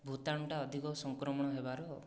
ଭୂତାଣୁ ଟା ଅଧିକ ସଂକ୍ରମଣ ହେବାର